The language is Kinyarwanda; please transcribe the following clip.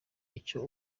icyo